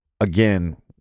again